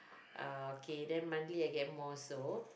okay then monthly I get more so